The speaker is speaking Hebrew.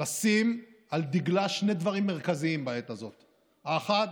לשים על דגלה שני דברים מרכזיים בעת הזאת: האחד,